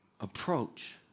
approach